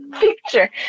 picture